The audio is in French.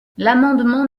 l’amendement